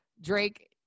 Drake